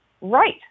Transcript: Right